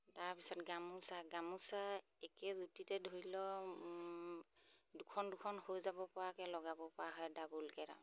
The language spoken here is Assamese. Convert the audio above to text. তাৰপিছত গামোচা গামোচা একে জুতিতে ধৰি লওক দুখন দুখন হৈ যাব পৰাকৈ লগাব পৰা হয় ডাবুলকৈ ডাঙৰ